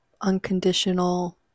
unconditional